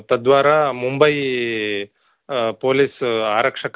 तद्वारा मुम्बै पोलीस् आरक्षकः